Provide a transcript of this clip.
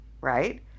right